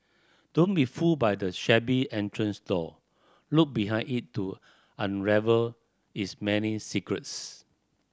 don't be fooled by the shabby entrance door look behind it to unravel its many secrets